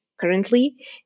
currently